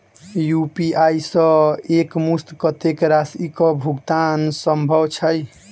UPI सऽ एक मुस्त कत्तेक राशि कऽ भुगतान सम्भव छई?